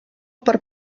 per